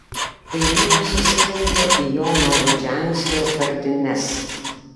kaimynai susirinko į jono rudžianskio vardines